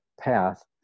path